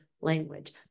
language